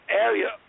area